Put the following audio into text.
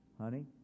honey